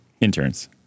Interns